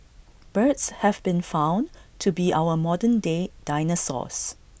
birds have been found to be our modern day dinosaurs